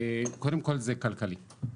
קודם כל זה כלכלי.